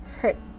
hurt